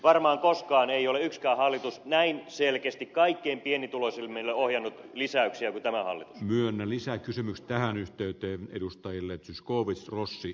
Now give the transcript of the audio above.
varmaan koskaan ei ole yksikään hallitus näin selkeästi kaikkein pienituloisimmille ohjannut lisäyksiä vetävä halli myönnä lisäkysymystähän yhteyteen edustajille kuin tämä hallitus